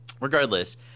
Regardless